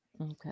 Okay